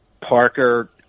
Parker